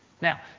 Now